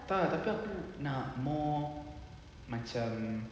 tak tapi aku nak more macam